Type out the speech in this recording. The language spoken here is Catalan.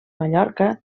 mallorca